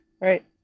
Right